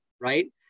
right